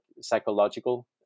psychological